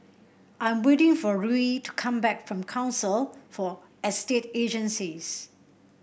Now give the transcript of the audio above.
I'm waiting for Ruie to come back from Council for Estate Agencies